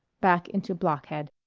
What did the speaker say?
back into blockhead.